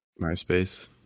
MySpace